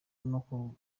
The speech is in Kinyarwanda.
n’uko